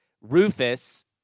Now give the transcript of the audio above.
Rufus